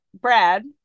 brad